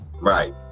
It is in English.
Right